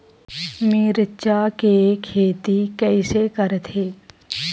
मिरचा के खेती कइसे करथे?